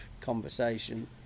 conversation